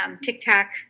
TikTok